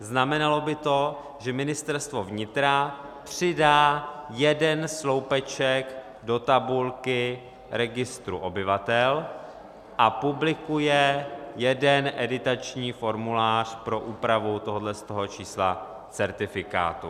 Znamenalo by to, že Ministerstvo vnitra přidá jeden sloupeček do tabulky registru obyvatel a publikuje jeden editační formulář pro úpravu tohoto čísla certifikátu.